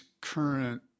current